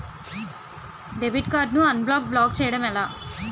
Debit card ను unblock block చేయటం ఎలా?